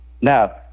Now